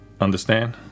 Understand